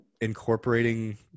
incorporating